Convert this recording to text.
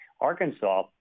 Arkansas